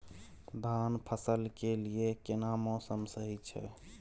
धान फसल के लिये केना मौसम सही छै?